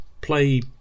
play